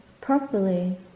properly